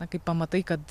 na kai pamatai kad